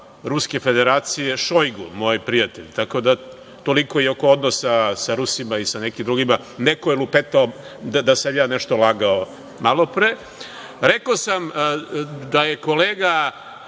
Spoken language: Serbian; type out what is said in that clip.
Ruske Federacije Šojgu, moj prijatelj. Tako da, toliko i oko odnosa sa Rusima i sa nekim drugima. Neko je lupetao da sam ja nešto lagao malopre. Rekao sam da je kolega